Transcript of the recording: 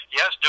Yes